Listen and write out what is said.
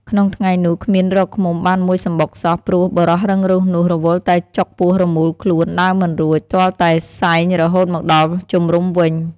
ក្នុងថ្ងៃនោះ គ្មានរកឃ្មុំបានមួយសំបុកសោះ ព្រោះបុរសរឹងរូសនោះរវល់តែចុកពោះរមូលខ្លួន ដើរមិនរួច ទាល់តែសែងរហូតមកដល់ជំរំវិញ។